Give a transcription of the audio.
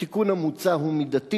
התיקון המוצע הוא מידתי.